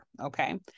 okay